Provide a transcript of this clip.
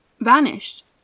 vanished